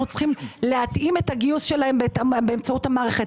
צריכים להתאים את הגיוס שלהם באמצעות המערכת.